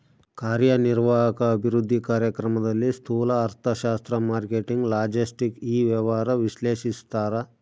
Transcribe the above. ಕಾರ್ಯನಿರ್ವಾಹಕ ಅಭಿವೃದ್ಧಿ ಕಾರ್ಯಕ್ರಮದಲ್ಲಿ ಸ್ತೂಲ ಅರ್ಥಶಾಸ್ತ್ರ ಮಾರ್ಕೆಟಿಂಗ್ ಲಾಜೆಸ್ಟಿಕ್ ಇ ವ್ಯವಹಾರ ವಿಶ್ಲೇಷಿಸ್ತಾರ